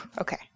Okay